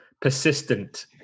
persistent